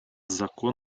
закон